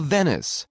Venice